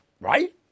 right